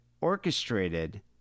orchestrated